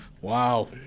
Wow